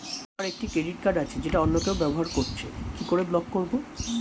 আমার একটি credit card আছে যেটা অন্য কেউ ব্যবহার করছে কি করে ব্লক করবো?